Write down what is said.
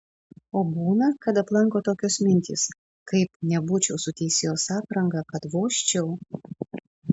o būna kad aplanko tokios mintys kaip nebūčiau su teisėjos apranga kad vožčiau